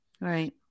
Right